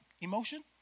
emotion